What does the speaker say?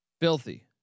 Filthy